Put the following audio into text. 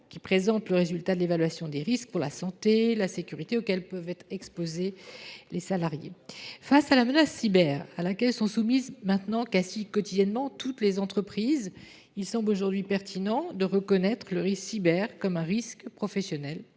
présente le résultat de l’évaluation des risques pour la santé et la sécurité auxquels peuvent être exposés les salariés. Face à la menace cyber, à laquelle sont soumises maintenant quasi quotidiennement toutes les entreprises, il semble aujourd’hui pertinent de reconnaître le risque cyber comme un risque professionnel.